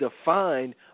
defined